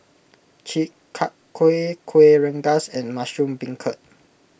Chi Kak Kuih Kuih Rengas and Mushroom Beancurd